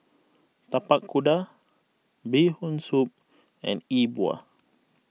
Tapak Kuda Bee Hoon Soup and E Bua